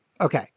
Okay